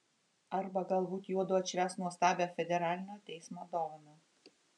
arba galbūt juodu atšvęs nuostabią federalinio teismo dovaną